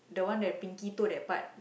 the one that pinky toe that part